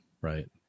Right